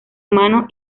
mano